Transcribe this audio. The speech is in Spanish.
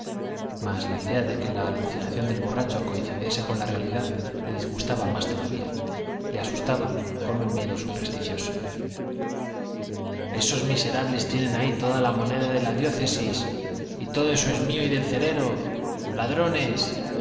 mas la idea de que la alucinación del borracho coincidiese con la realidad le disgustaba más todavía le asustaba con un miedo supersticioso esos miserables tienen ahí toda la moneda de la diócesis y todo eso es mío y del cerero ladrones